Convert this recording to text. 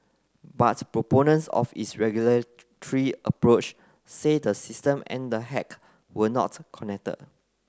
but proponents of its regulatory approach say the system and the hack were not connected